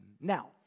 Now